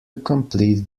complete